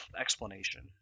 explanation